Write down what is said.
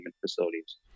facilities